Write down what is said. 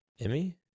Emmy